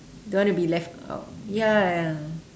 don't want to be left out ya